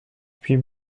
puis